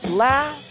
laugh